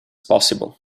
possible